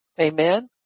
Amen